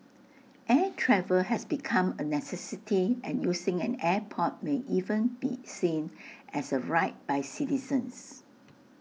air travel has become A necessity and using an airport may even be seen as A right by citizens